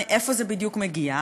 מאיפה בדיוק זה מגיע,